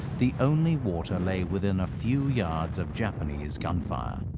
the only water lay within a few yards of japanese gunfire.